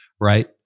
right